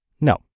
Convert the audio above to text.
No